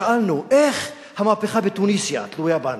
שאלנו, איך המהפכה בתוניסיה תלויה בנו,